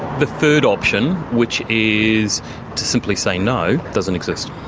the third option, which is to simply say no, doesn't exist.